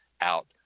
out